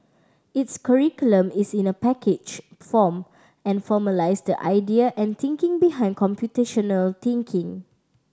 its curriculum is in a packaged form and formalised idea and thinking behind computational thinking